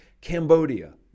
Cambodia